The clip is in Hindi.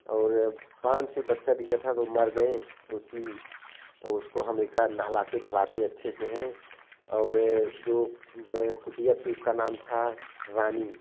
और पाँच छः बच्चा दिया था तो मर गए उसकी और उसको हमेशा नहलाते धुलाते अच्छे से हैं और जो वह कुतिया थी उसका नाम था रानी